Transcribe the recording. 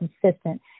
consistent